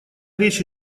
речь